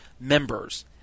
members